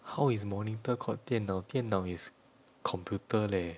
how is monitor called 电脑电脑 is computer leh